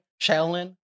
Shaolin